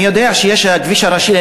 אני יודע שיש כביש ראשי,